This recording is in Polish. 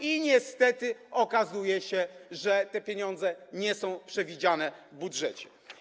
i niestety okazuje się, że te pieniądze nie są przewidziane w budżecie.